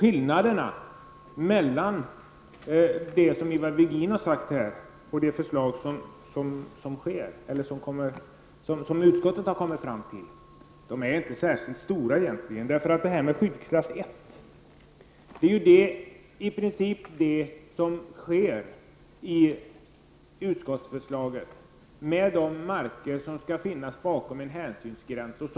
Skillnaderna mellan det som Ivar Virgin har sagt och det förslag som utskottet har kommit fram till är egentligen inte särskilt stora. Skyddsklass 1 innebär i princip detsamma som den hänsynsgräns utskottet i sitt förslag vill omfatta dessa marker med.